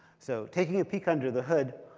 so taking a peek under the hood,